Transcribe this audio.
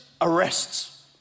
arrests